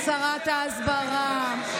"שרת ההסברה",